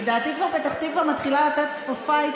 לדעתי כבר פתח תקווה מתחילה לתת פה פייט